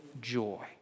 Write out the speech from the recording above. joy